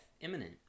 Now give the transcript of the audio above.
imminent